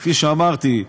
כפי שאמרתי,